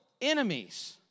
enemies